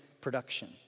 production